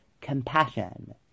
Compassion